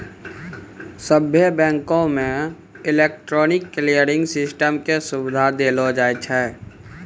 सभ्भे बैंको मे इलेक्ट्रॉनिक क्लियरिंग सिस्टम के सुविधा देलो जाय छै